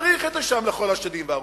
לכל השדים והרוחות?